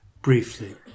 Briefly